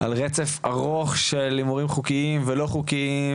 על רצף ארוך של הימורים חוקיים ולא חוקיים,